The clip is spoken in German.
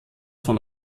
von